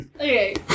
Okay